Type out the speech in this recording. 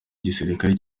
igisirikare